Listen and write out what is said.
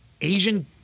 Asian